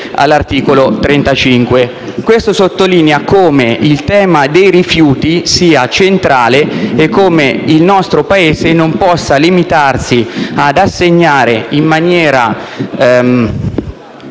Questo sottolinea come il tema dei rifiuti sia centrale e come il nostro Paese non possa limitarsi ad assegnare in maniera